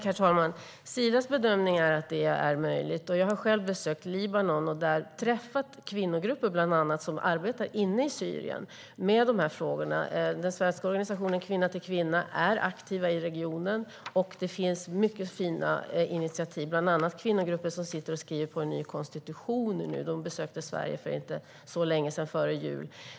Herr talman! Sidas bedömning är att det är möjligt. Jag har själv besökt Libanon och där träffat bland annat kvinnogrupper som arbetar inne i Syrien med de här frågorna. Den svenska organisationen Kvinna till kvinna är aktiv i regionen, och det finns mycket fina initiativ, bland annat kvinnogrupper som skriver på en ny konstitution och som besökte Sverige för inte så länge sedan, före jul.